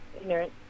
ignorant